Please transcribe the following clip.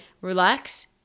relax